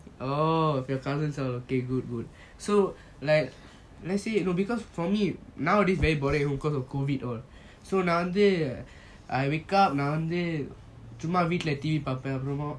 oh with your cousins K K good good so like let's say you know because for me nowadays very boring because of COVID all so நான் வந்து:naan vanthu I wake up நான் வந்து சும்மா வீட்டுல:naan vanthu summa veetula T_V பாப்பான்:paapan